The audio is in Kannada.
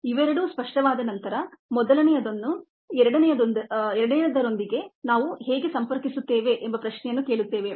ಇವೆರಡೂ ಸ್ಪಷ್ಟವಾದ ನಂತರ ಮೊದಲನೆಯದನ್ನು ಎರಡನೆಯದರೊಂದಿಗೆ ನಾವು ಹೇಗೆ ಸಂಪರ್ಕಿಸುತ್ತೇವೆ ಎಂಬ ಪ್ರಶ್ನೆಯನ್ನು ಕೇಳುತ್ತೇವೆ